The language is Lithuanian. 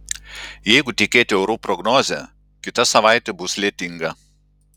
jeigu tikėti orų prognoze kita savaitė bus lietinga